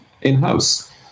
in-house